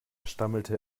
stammelte